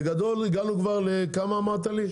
בגדול הגענו כבר לכמה אמרת לי?